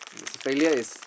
failure is